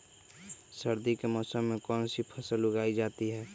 सर्दी के मौसम में कौन सी फसल उगाई जाती है?